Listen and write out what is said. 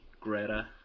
Greta